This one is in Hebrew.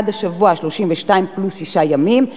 עד השבוע ה-32 פלוס שישה ימים.